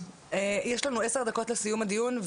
יש לנו 10 דקות לסיום הדיון,